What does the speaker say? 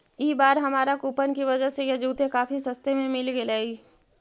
ई बार हमारा कूपन की वजह से यह जूते काफी सस्ते में मिल गेलइ